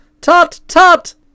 Tut-tut